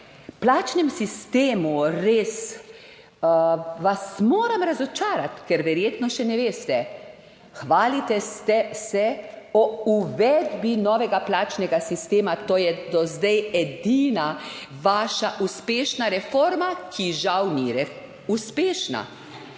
plačnem sistemu, res, vas moram razočarati, ker verjetno še ne veste, hvalite ste, se, o uvedbi novega plačnega sistema, to je do zdaj edina vaša uspešna reforma, ki žal ni uspešna.